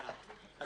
זה את.